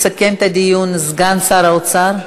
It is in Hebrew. יסכם את הדיון סגן שר האוצר.